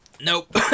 Nope